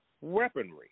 weaponry